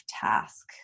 task